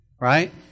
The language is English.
Right